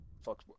Fuck